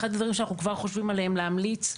אחד הדברים שאנחנו חושבים להמליץ עליהם,